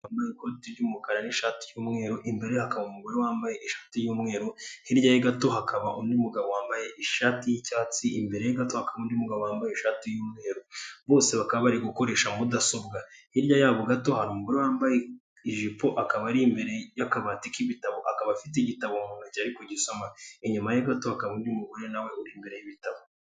Umugabo wambaye ikoti ry'umukara n'ishati yumweru. imbere ye hakaba umugore wambaye ishati y'umweru, hirya ye gato hakaba undi mugabo wambaye ishati yi'cyatsi, imbere ye gato hakaba undi mugabo wambaye ishati y'umweru, bose bakaba bari gukoresha mudasobwa, hirya yabo gato hari umugore wambaye ijipo akaba ari imbere y'akabati k'ibitabo, akaba afite igitabomu ntoko ari kugisoma, inyuma ye gato hakaba hari undi mugore nawe imbere y'ibitabo.